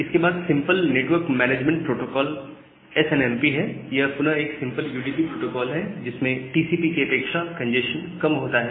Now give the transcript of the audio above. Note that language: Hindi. इसके बाद सिंपल नेटवर्क मैनेजमेंट प्रोटोकोल या एसएनएमपी है यह पुनः एक सिंपल यूडीपी प्रोटोकोल है जिसमें टीसीपी की अपेक्षा कंजेस्शन कम होता है